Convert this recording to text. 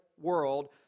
world